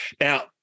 now